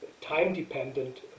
time-dependent